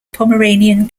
pomeranian